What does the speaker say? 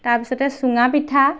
তাৰপিছতে চুঙা পিঠা